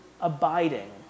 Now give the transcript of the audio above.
abiding